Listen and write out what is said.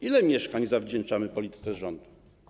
Ile mieszkań zawdzięczamy polityce rządu?